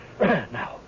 Now